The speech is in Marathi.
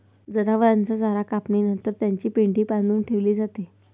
जनावरांचा चारा कापणी नंतर त्याची पेंढी बांधून ठेवली जाते